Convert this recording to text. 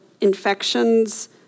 infections